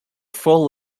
full